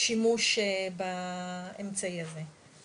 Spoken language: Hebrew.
השימוש באמצעי הזה.